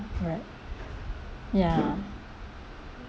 right ya